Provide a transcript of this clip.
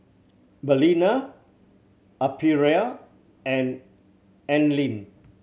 Balina Aprilia and Anlene